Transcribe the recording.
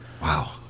Wow